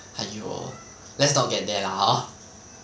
!aiyo! let's not get there lah hor